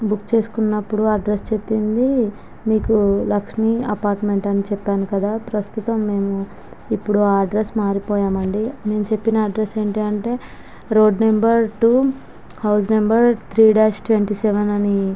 book చేసుకున్నప్పుడు address చెప్పింది మీకు లక్ష్మి అపార్ట్మెంట్ అని చెప్పాను కదా ప్రస్తుతం మేము ఇప్పుడు ఆ అడ్రెస్స్ మారిపోయామండి నేను చెప్పిన అడ్రెస్స్ ఏంటంటే road number two house number three dash twenty seven అని